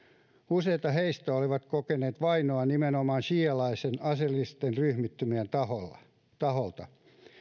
useat heistä olivat kokeneet vainoa nimenomaan siialaisten aseellisten ryhmittymien taholta taholta